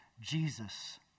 Jesus